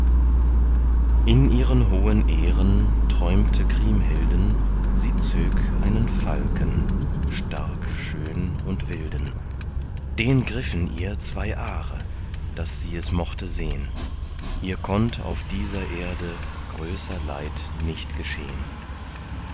in ihren hohen ehren träumte kriemhilden sie zög einen falken stark schön und wilden den griffen ihr zwei aare daß sie es mochte sehn ihr konnt auf dieser erde größer leid nicht geschehn